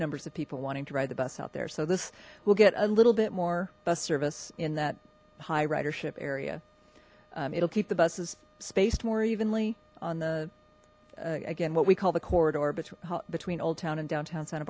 numbers of people wanting to ride the bus out there so this will get a little bit more bus service in that high ridership area it'll keep the buses spaced more evenly on the again what we call the corridor between old town and downtown santa